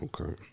Okay